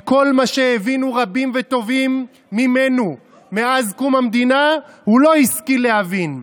את כל מה שהבינו רבים וטובים ממנו מאז קום המדינה הוא לא השכיל להבין,